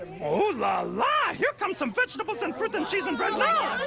ooh la la, here comes um vegetables and fruit and cheese and bread now.